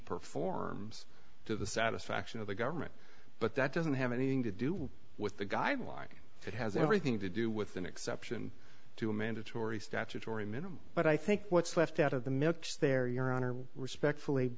performs to the satisfaction of the government but that doesn't have anything to do with the guideline it has everything to do with an exception to a mandatory statutory minimum but i think what's left out of the mix there your honor respectfully